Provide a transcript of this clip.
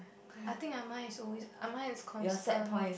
I think ah mine is always mine is constant one